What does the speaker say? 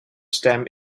stamp